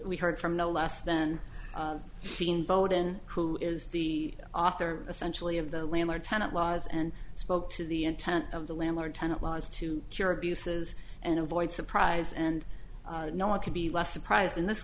we heard from no less than eighteen bowden who is the author essentially of the landlord tenant laws and spoke to the intent of the landlord tenant laws to cure abuses and avoid surprise and no one could be less surprised in this